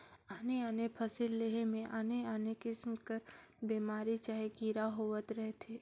आने आने फसिल लेहे में आने आने किसिम कर बेमारी चहे कीरा होवत रहथें